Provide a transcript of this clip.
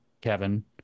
Kevin